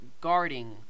guarding